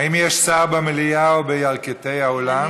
האם יש שר במליאה או בירכתי האולם?